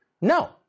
No